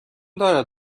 دارد